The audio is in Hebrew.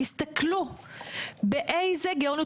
תסתכלו באיזו גאונות.